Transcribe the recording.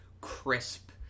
crisp